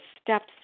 steps